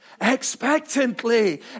expectantly